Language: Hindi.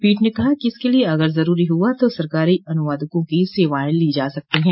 पीठ ने कहा कि इसके लिए अगर जरूरी हुआ तो सरकारी अनुवादकों की सेवाएं ली जा सकती हैं